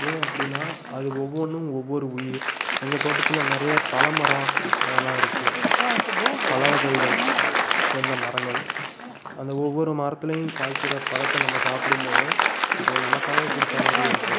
ஏன் அப்படின்னா அது ஒவ்வொன்றும் ஒவ்வொரு உயிர் எங்கள் தோட்டத்தில் நிறைய பலமரம் அதெலாம் இருக்குது பல வகைகள் சேர்ந்த மரங்கள் அந்த ஒவ்வொரு மரத்துலேயும் காய்க்கிற பழத்தை நம்ம சாப்பிடும் போதும் அது நமக்காக கொடுத்த மாதிரியே இருக்கும்